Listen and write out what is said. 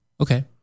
Okay